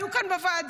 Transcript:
היו כאן בוועדות,